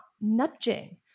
nudging